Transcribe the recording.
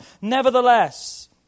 Nevertheless